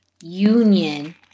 union